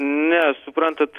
ne suprantat